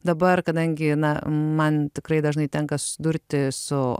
dabar kadangi na man tikrai dažnai tenka susidurti su